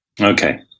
okay